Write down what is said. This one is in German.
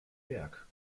berg